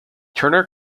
turner